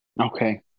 Okay